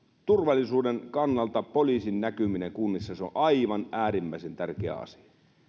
turvallisuuden kannalta poliisin näkyminen kunnissa on aivan äärimmäisen tärkeä asia